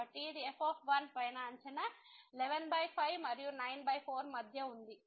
కాబట్టి ఇది f పై అంచనా 115 మరియు 94 మధ్య ఉంది